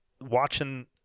watching